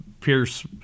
Pierce